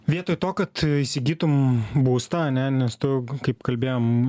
vietoj to kad įsigytum būstą ane nes tu kaip kalbėjom